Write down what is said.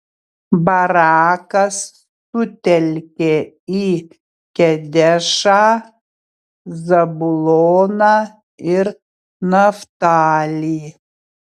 barakas sutelkė į kedešą zabuloną ir naftalį